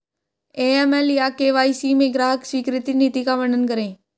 AML या KYC में ग्राहक स्वीकृति नीति का वर्णन करें?